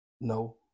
No